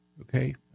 Okay